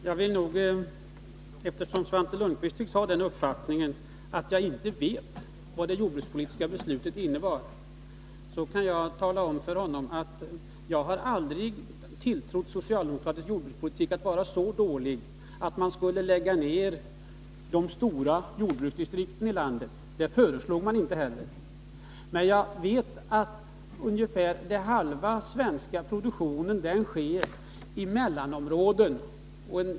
Herr talman! Eftersom Svante Lundkvist tycks ha den uppfattningen att jag inte vet vad det jordbrukspolitiska beslutet innebar, kan jag tala om för honom att jag aldrig trott att socialdemokratisk jordbrukspolitik var så dålig att man tänkte sig att lägga ned de stora jordbruksdistrikten i landet. Något sådant föreslog man inte. Men jag vet att halva den svenska produktionen sker i mellanområdena.